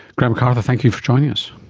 grant mcarthur, thank you for joining us.